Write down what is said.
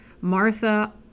Martha